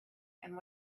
and